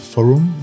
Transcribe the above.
Forum